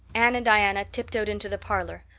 anne and diana tiptoed into the parlor,